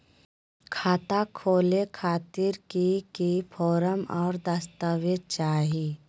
खाता खोले खातिर की की फॉर्म और दस्तावेज चाही?